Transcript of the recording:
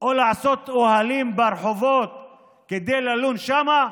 או לעשות אוהלים ברחובות כדי ללון שם?